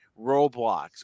Roblox